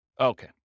Okay